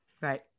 Right